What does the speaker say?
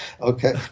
okay